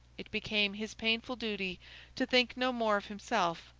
it became his painful duty to think no more of himself,